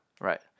Right